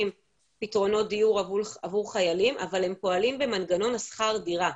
פתרונות דיור עבור חיילים אבל הם פועלים במנגנון השכר דירה.